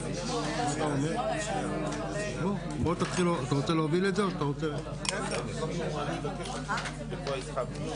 עוד כשהם ישבו במישור אדומים,